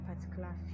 particular